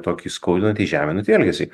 tokį skaudantį žeminantį elgesį